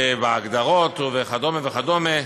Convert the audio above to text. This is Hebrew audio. בהגדרות וכדומה וכמדומה,